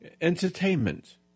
entertainment